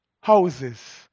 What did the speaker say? houses